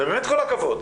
באמת כל הכבוד,